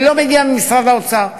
זה לא מגיע ממשרד האוצר.